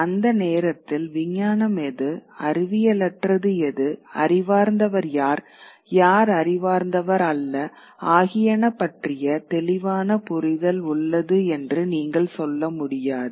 அந்த நேரத்தில் விஞ்ஞானம் எது அறிவியலற்றது எது அறிவார்ந்தவர் யார் யார் அறிவார்ந்தவர் அல்ல ஆகியன பற்றிய தெளிவான புரிதல் உள்ளது என்று நீங்கள் சொல்ல முடியாது